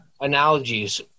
analogies